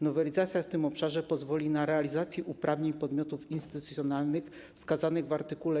Nowelizacja w tym obszarze pozwoli na realizację uprawnień podmiotów instytucjonalnych wskazanych w art.